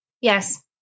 Yes